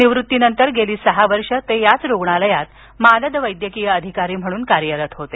निवृत्तीनंतर गेली सहा वर्षं ते त्याच रुग्णालयात मानद वैद्यकीय अधिकारी म्हणून कार्यरत होते